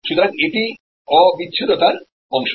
সুতরাং এটি ইনসেপারেবিলিটির অংশ